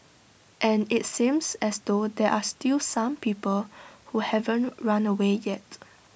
and IT seems as though there are still some people who haven't run away yet